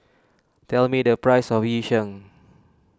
tell me the price of Yu Sheng